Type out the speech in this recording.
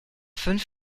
fünf